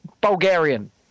Bulgarian